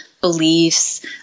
beliefs